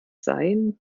sein